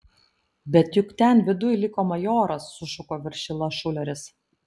bet juk ten viduj liko majoras sušuko viršila šuleris